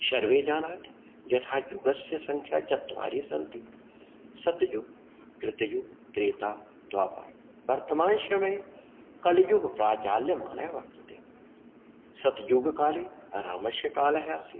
सर्वे जानाति यथा युगस्य संख्या चत्वारि सन्ति सत्ययुग् कृतयुग् त्रेता द्वापर् वर्तमान् शमये कलियुग् प्राचाल्यमान वर्तते सत्युग् काले अ रामस्य कालः आसीत्